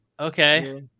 Okay